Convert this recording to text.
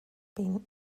been